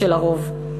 של הרוב.